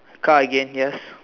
try again yes